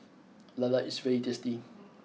Lala is very tasty